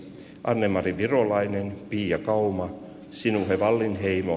anne mari virolainen jakauma sinuhe wallinheimo